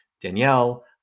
Danielle